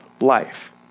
life